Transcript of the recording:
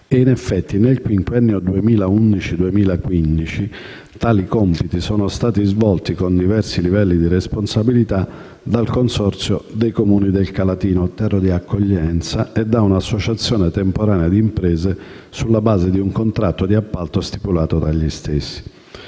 In effetti, nel quinquennio 2011-2015, tali compiti sono stati svolti, con diversi livelli di responsabilità, dal Consorzio dei comuni «Calatino terra di accoglienza» e da un'associazione temporanea di imprese sulla base di un contratto di appalto stipulato tra gli stessi.